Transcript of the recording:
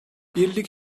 birlik